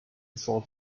before